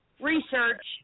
research